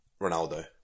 Ronaldo